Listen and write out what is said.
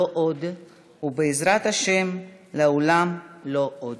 לא עוד, ובעזרת השם, לעולם לא עוד.